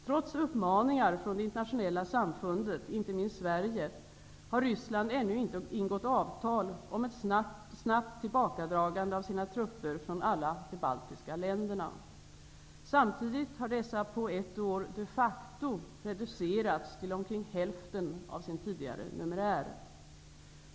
Trots uppmaningar från det internationella samfundet, inte minst Sverige, har Ryssland ännu inte ingått avtal om ett snabbt tillbakadragande av sina trupper från alla de baltiska länderna. Samtidigt har dessa på ett år de facto reducerats till omkring hälften av sin tidigare numerär.